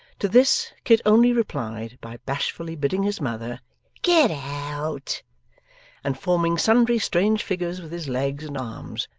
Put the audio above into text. to this, kit only replied by bashfully bidding his mother get out and forming sundry strange figures with his legs and arms,